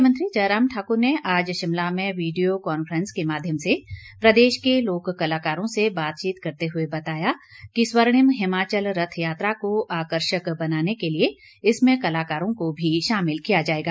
मुख्यमंत्री जयराम ठाकुर ने आज शिमला में वीडियो कांफ्रेंस के माध्यम से प्रदेश के लोक कलाकारों से बातचीत करते हुए बताया कि स्वर्णिम हिमाचल रथ यात्रा को आकर्षक बनाने के लिए इसमें कलाकारों को भी शामिल किया जाएगा